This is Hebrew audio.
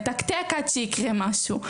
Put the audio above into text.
עד שיקרה משהו.